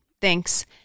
Thanks